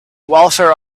welfare